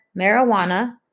marijuana